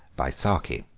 by saki